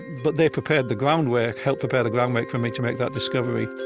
but they prepared the groundwork, helped prepare the groundwork for me to make that discovery